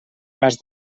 pas